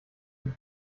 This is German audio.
die